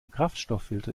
kraftstofffilter